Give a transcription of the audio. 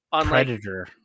Predator